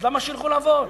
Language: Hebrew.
אז למה שילכו לעבוד,